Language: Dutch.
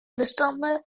bestanden